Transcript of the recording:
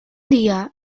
día